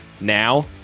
Now